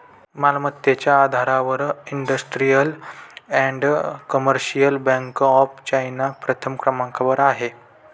मालमत्तेच्या आधारावर industrial and commercial bank of China प्रथम क्रमांकावर आहे